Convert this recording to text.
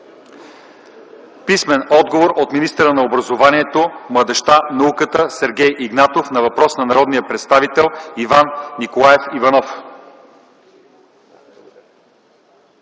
Лютви Местан; - от министъра на образованието, младежта и науката Сергей Игнатов на въпрос от народния представител Иван Николаев Иванов;